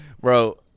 bro